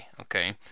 okay